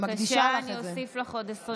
בבקשה, אני אוסיף לך עוד 20 שניות.